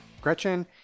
Gretchen